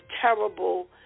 terrible